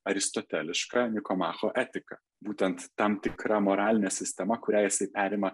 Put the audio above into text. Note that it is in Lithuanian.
aristoteliška nikomacho etika būtent tam tikra moraline sistema kurią jisai perima